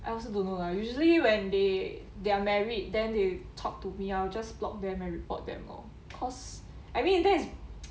I also don't know lah usually when they they're married then they talk to me I'll just blocked them and report them lor cause I mean that is